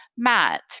Matt